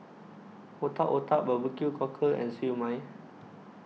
Otak Otak Barbecue Cockle and Siew Mai